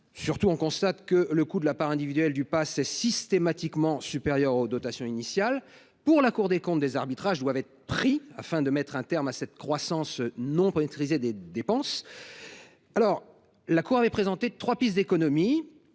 Surtout, on constate que le coût de la part individuelle du pass est systématiquement supérieur aux dotations initiales. Selon la Cour des comptes, des arbitrages doivent être pris afin de mettre un terme à cette croissance non maîtrisée des dépenses. La Cour a présenté trois pistes d’économies